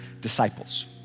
disciples